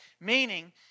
Meaning